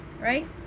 right